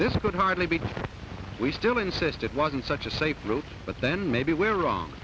this could hardly be we still insist it wasn't such a safe route but then maybe we're wrong